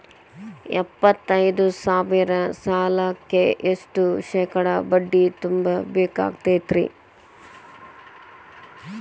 ಎಪ್ಪತ್ತೈದು ಸಾವಿರ ಸಾಲಕ್ಕ ಎಷ್ಟ ಶೇಕಡಾ ಬಡ್ಡಿ ತುಂಬ ಬೇಕಾಕ್ತೈತ್ರಿ?